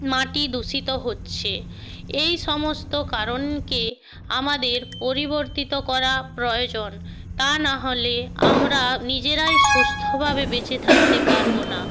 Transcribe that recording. মাটি দূষিত হচ্ছে এই সমস্ত কারণকে আমাদের পরিবর্তিত করা প্রয়োজন তা না হলে আমরা নিজেরাই সুস্থভাবে বেঁচে থাকতে পারবো না